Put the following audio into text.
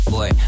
Boy